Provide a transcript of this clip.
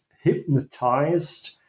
hypnotized